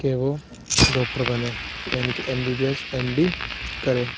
کہ وہ ڈاکٹر بنے یعنی کہ M B B S M D کرے